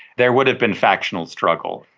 there would have been factional struggle.